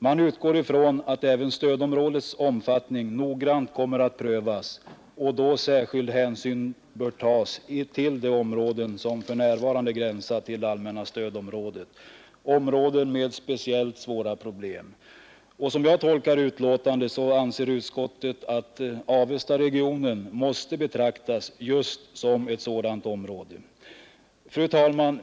Man utgår ifrån att även stödområdets omfattning noggrant kommer att prövas under nästkommande år och att då särskild hänsyn bör tas till de områden som för närvarande gränsar till det allmänna stödområdet, områden med speciellt svåra problem. Och som jag tolkar betänkandet anser utskottet att Avesta-regionen måste betraktas just som ett sådant Fru talman!